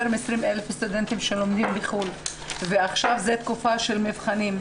מ-20,000 סטודנטים שלומדים בחו"ל ועכשיו זו תקופה של מבחנים.